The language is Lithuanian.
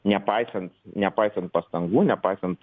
nepaisant nepaisant pastangų nepaisant